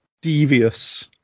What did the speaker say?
devious